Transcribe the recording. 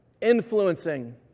influencing